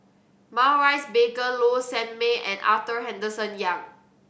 Maurice Baker Low Sanmay and Arthur Henderson Young